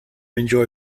enjoy